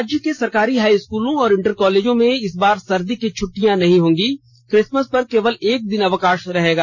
राज्य के सरकारी हाई स्कूलों और इंटर कॉलेजों में इस बार सर्दी की छूटियां नहीं होंगी किसमस पर केवल एक दिन अवकाश रहेगा